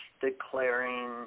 declaring